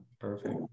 Perfect